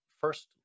first